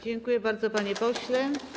Dziękuję bardzo, panie pośle.